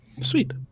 Sweet